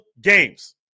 games